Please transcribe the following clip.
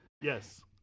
Yes